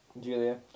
Julia